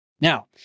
Now